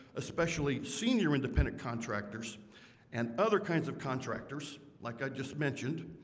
especially senior independent contractors and other kinds of contractors like i just mentioned